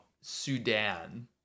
Sudan